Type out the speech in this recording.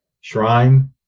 shrine